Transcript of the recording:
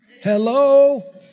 Hello